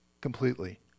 completely